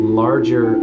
larger